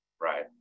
Right